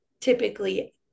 typically